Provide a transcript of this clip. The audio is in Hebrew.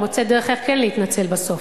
הוא מוצא דרך כן להתנצל בסוף.